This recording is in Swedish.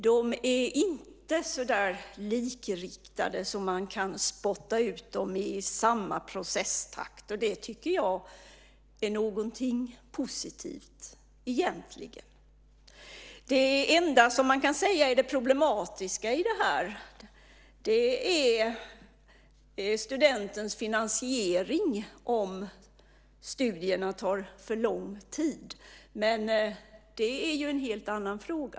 De är inte så likriktade att man kan spotta ut dem i samma processtakt. Det tycker jag egentligen är någonting positivt. Det enda som man kan säga är problematiskt i detta är studentens finansiering om studierna tar för lång tid, men det är en helt annan fråga.